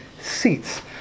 seats